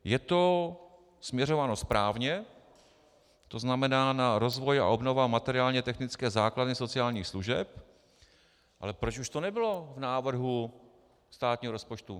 Je to směřováno správně, tzn. na rozvoj a obnovu materiálnětechnické základny sociálních služeb, ale proč už to nebylo v návrhu státního rozpočtu?